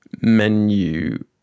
menu